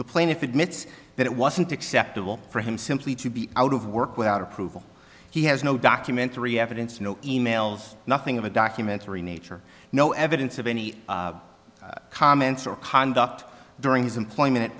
the plaintiff admits that it wasn't acceptable for him simply to be out of work without approval he has no documentary evidence no e mails nothing of a documentary nature no evidence of any comments or conduct during his employment